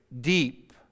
deep